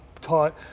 taught